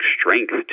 strength